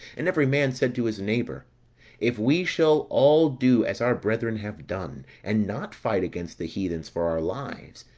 and every man said to his neighbour if we shall all do as our brethren have done, and not fight against the heathens for our lives,